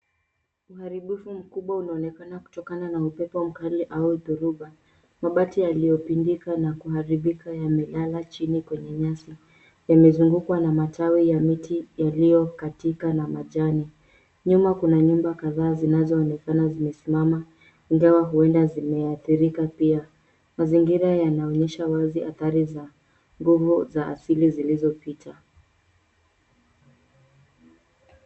Uharibifu mkubwa unaonekana kutoka na upepo mkali au dhoruba. Mabati yaliyopindika na kuharibika yamelala chini kwenye nyasi. Yamezungukwa na matawi ya miti yaliyo katika na majani. Nyuma kuna nyumba kadhaa zinazoonekana zimesimama, ingawa huenda zimeaathirika pia. Mazingira yanaonyesha wazi athari za guvu za asili zilizopita.